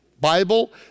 Bible